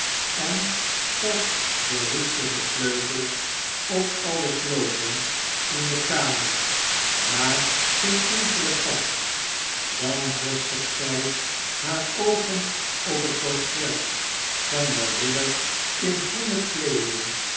en past de roestige sleutels op alle sloten in de kamer maar geen enkele past dan vestigt zy haar oogen op het portret van den ridder in groene kleeding